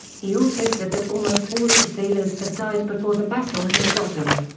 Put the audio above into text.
he also said that almost all of the sailors had died before the vessel hit bottom.